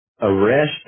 arrest